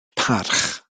parch